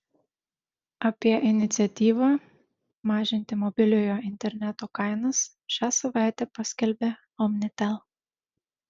apie iniciatyvą mažinti mobiliojo interneto kainas šią savaitę paskelbė omnitel